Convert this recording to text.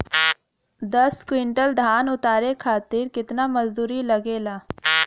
दस क्विंटल धान उतारे खातिर कितना मजदूरी लगे ला?